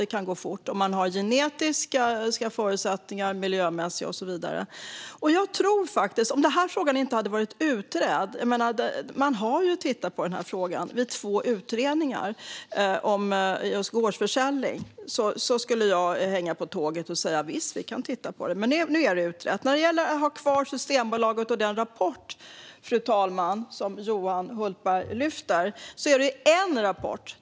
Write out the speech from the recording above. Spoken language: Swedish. Det kan gå fort om man har genetiska förutsättningar, miljömässiga förutsättningar och så vidare. Om denna fråga inte hade blivit utredd - två utredningar har tittat på frågan om just gårdsförsäljning - skulle jag hänga på tåget och säga att vi kan titta på den. Men nu är den utredd. När det gäller frågan om att ha kvar Systembolaget och den rapport som Johan Hultberg lyfter fram är det en rapport.